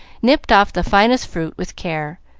nipped off the finest fruit with care,